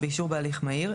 באישור בהליך מהיר,